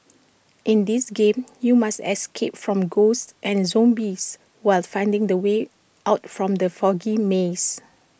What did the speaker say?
in this game you must escape from ghosts and zombies while finding the way out from the foggy maze